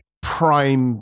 prime